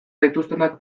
gaituztenak